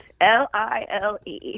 L-I-L-E